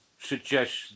suggest